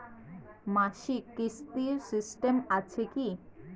মাসিক কিস্তির সিস্টেম আছে কি?